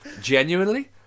Genuinely